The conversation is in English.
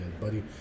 buddy